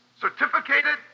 certificated